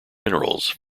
minerals